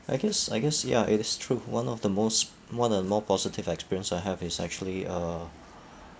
I guess I guess ya it is true one of the most one of the more positive experience I have is actually uh